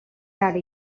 out